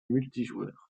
multijoueur